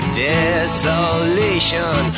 desolation